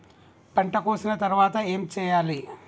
పంట కోసిన తర్వాత ఏం చెయ్యాలి?